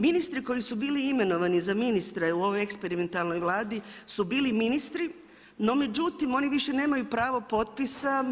Ministri koji su bili imenovani za ministre u ovoj eksperimentalnoj vladi su bili ministri, no međutim oni više nemaju pravo potpisa.